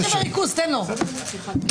בבקשה.